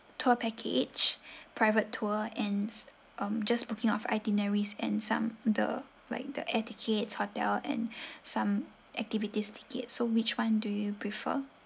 tour package private tour and um just booking of itineraries and some the like the air tickets hotel and some activities ticket so which one do you prefer